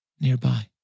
nearby